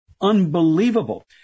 unbelievable